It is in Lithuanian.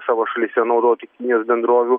savo šalyse naudoti kinijos bendrovių